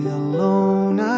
alone